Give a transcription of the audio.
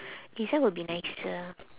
design will be nicer